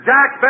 Jack